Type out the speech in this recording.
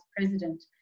president